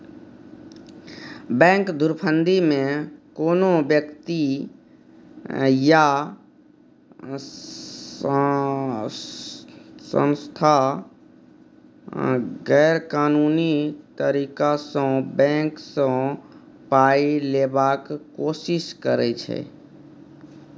bank धुरफंदीमे कोनो बेकती या सँस्था गैरकानूनी तरीकासँ बैंक सँ पाइ लेबाक कोशिश करै छै